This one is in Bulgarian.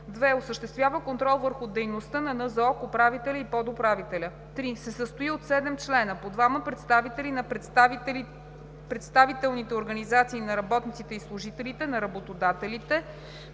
2. осъществява контрол върху дейността на НЗОК, управителя и подуправителя; 3. се състои от седем члена – по двама представители на представителните организации на работниците и служителите, на работодателите,